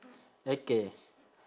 okay